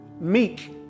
meek